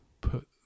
put